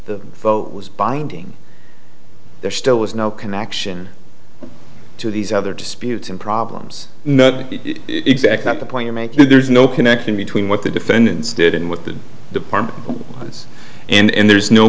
the vote was binding there still was no connection to these other disputes and problems not exactly the point you make that there is no connection between what the defendants did and what the department was and there's no